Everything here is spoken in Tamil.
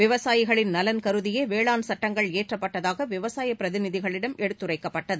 விவசாயிகளின் நலன் கருதியே வேளாண் சுட்டங்கள் ஏற்றப்பட்டதாக விவசாய பிரதிநிதிகளிடம் எடுத்துரைக்கப்பட்டது